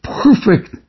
perfect